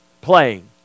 playing